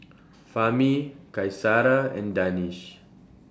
Fahmi Qaisara and Danish